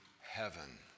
heaven